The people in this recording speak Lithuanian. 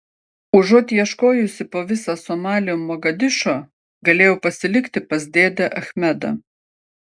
užuot ieškojusi po visą somalį mogadišo galėjau pasilikti pas dėdę achmedą